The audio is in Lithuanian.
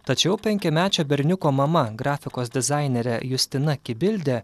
tačiau penkiamečio berniuko mama grafikos dizainerė justina kibildė